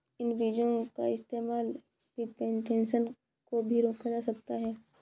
इन बीजो का इस्तेमाल पिग्मेंटेशन को भी रोका जा सकता है